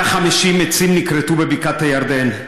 150 עצים נכרתו בבקעת הירדן,